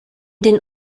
den